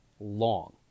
long